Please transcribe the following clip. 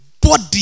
body